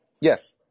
yes